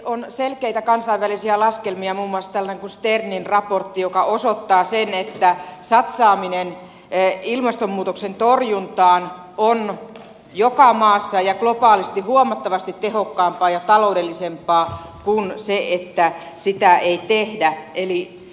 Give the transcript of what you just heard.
on selkeitä kansainvälisiä laskelmia muun muassa tällainen kuin sternin raportti joka osoittaa sen että satsaaminen ilmastonmuutoksen torjuntaan on joka maassa ja globaalisti huomattavasti tehokkaampaa ja taloudellisempaa kuin se että sitä ei tehdä